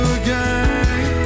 again